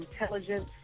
Intelligence